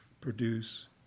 produce